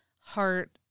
heart